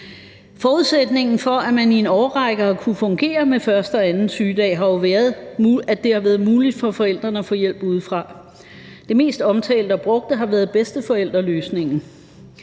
Forudsætningen for, at det i en årrække har kunnet fungere med første og anden sygedag har jo været, at det har været muligt for forældrene at få hjælp udefra. Det mest omtalte og brugte har været bedsteforældreløsningen.